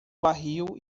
barril